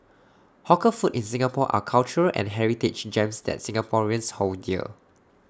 hawker food in Singapore are cultural and heritage gems that Singaporeans hold dear